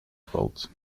valt